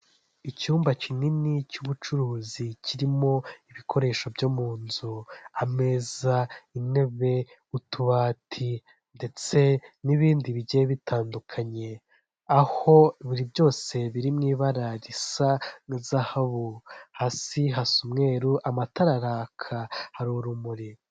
Imodoka yo mu bwoko bwa dayihatsu yifashishwa mu gutwara imizigo ifite ibara ry'ubururu ndetse n'igisanduku cy'ibyuma iparitse iruhande rw'umuhanda, aho itegereje gushyirwamo imizigo. Izi modoka zikaba zifashishwa mu kworoshya serivisi z'ubwikorezi hirya no hino mu gihugu. Aho zifashishwa mu kugeza ibintu mu bice bitandukanye by'igihugu.